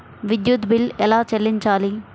విద్యుత్ బిల్ ఎలా చెల్లించాలి?